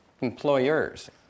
employers